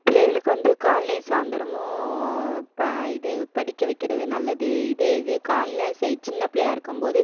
பிள்ளைகளுக்கு வந்து காலைலையும் சாயந்தரமும் ப இது படிக்க வைக்கிறது நல்லது இதே இது காலைல செய் சின்ன பிள்ளையாக இருக்கும்போது